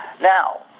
Now